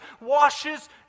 washes